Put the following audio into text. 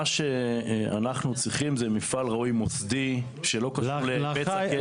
מה שאנחנו צריכים זה מפעל ראוי מוסדי שלא קשור לבצע כסף.